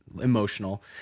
emotional